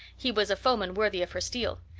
he was a foeman worthy of her steel.